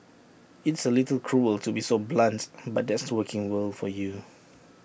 it's A little cruel to be so blunt but that's the working world for you